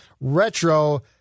retro